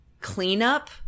cleanup